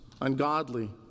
ungodly